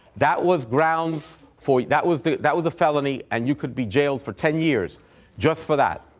that was grounds for that was that was a felony and you could be jailed for ten years just for that.